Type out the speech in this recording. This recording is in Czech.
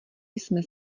jsem